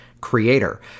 creator